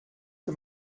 que